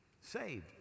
saved